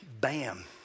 bam